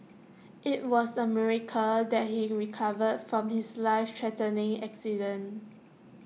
IT was A miracle that he recovered from his life threatening accident